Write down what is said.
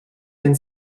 den